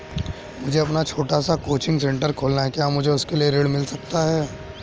मुझे अपना छोटा सा कोचिंग सेंटर खोलना है क्या मुझे उसके लिए ऋण मिल सकता है?